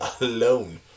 alone